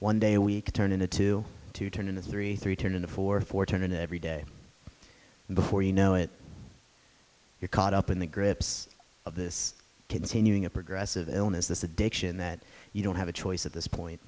one day a week turned into two to turn into three three turned into four four turn every day before you know it you're caught up in the grips of this continuing a progressive illness this addiction that you don't have a choice at this point